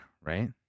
right